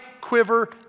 quiver